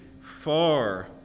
far